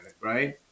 Right